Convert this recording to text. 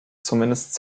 zumindest